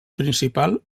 principal